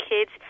kids